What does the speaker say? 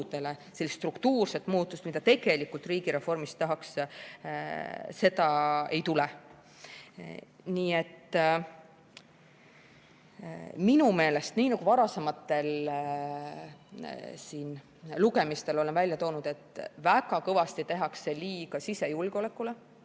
sellist struktuurset muutust, mida tegelikult riigireformist tahaks, ei tule. Nii et minu meelest, nii nagu varasematel lugemistel olen välja toonud, väga kõvasti tehakse liiga sisejulgeolekule,